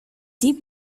deep